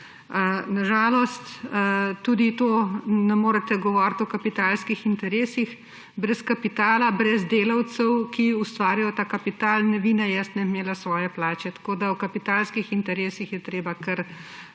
Na žalost, tudi tu ne morete govoriti o kapitalskih interesih. Brez kapitala, brez delavcev, ki ustvarjajo ta kapital, ne vi ne jaz ne bi imela svoje plače. Tako je pri kapitalskih interesih treba biti